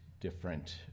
different